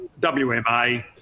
WMA